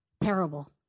parable